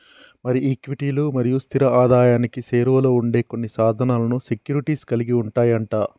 మరి ఈక్విటీలు మరియు స్థిర ఆదాయానికి సేరువలో ఉండే కొన్ని సాధనాలను సెక్యూరిటీస్ కలిగి ఉంటాయి అంట